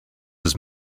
his